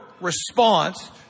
response